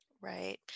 Right